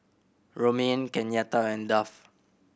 Romaine Kenyatta and Duff